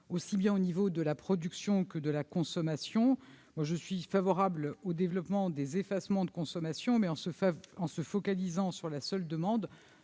aussi bien au niveau de la production qu'à celui de la consommation. Je suis certes favorable au développement des effacements de consommation ; néanmoins, en se focalisant sur la seule demande,